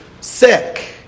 sick